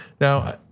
Now